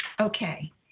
Okay